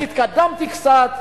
אני התקדמתי קצת?